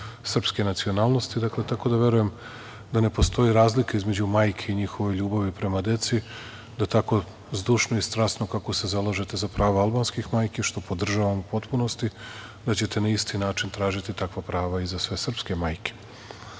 srpske nacionalnosti, tako da verujem da ne postoji razlika između majki i njihove ljubavi prema deci, da tako zdušno i strasno, kako se zalažete za prava albanskih majki, što podržavam u potpunosti, da ćete na isti način tražiti takva prava i za sve srpske majke.